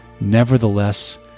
Nevertheless